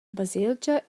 baselgia